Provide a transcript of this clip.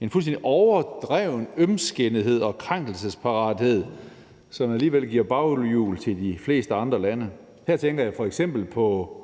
en fuldstændig overdreven ømskindethed og krænkelsesparathed, som alligevel giver baghjul til de fleste andre lande. Her tænker jeg f.eks. på